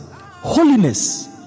Holiness